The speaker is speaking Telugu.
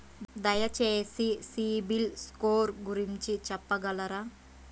దయచేసి సిబిల్ స్కోర్ గురించి చెప్పగలరా?